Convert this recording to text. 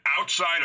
outside